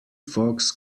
fox